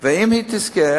אם הוא יזכה,